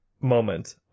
moment